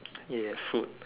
ya food